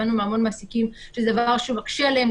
הבנו מהמון מעסיקים שזה דבר שמקשה עליהם,